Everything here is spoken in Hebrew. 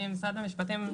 אני ממשרד המשפטים,